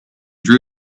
drew